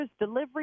delivery